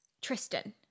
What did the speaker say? Tristan